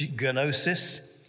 gnosis